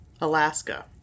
Alaska